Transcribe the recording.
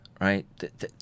right